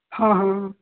ਹਾਂ ਹਾਂ